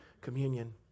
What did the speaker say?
communion